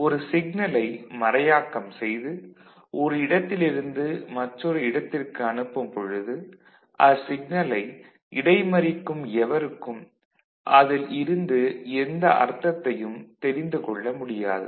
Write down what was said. ஒரு சிக்னலை மறையாக்கம் செய்து ஒரு இடத்திலிருந்து மற்றொரு இடத்திற்கு அனுப்பும் பொழுது அச்சிக்னலை இடைமறிக்கும் எவருக்கும் அதில் இருந்து எந்த அர்த்தத்தையும் தெரிந்து கொள்ள முடியாது